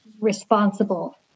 responsible